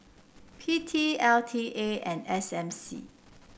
P T L T A and S M C